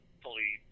fully